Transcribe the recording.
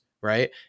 right